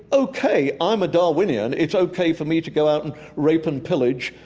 okay, i'm a darwinian, it's okay for me to go out and rape and pillage,